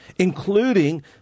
including